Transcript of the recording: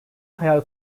hayal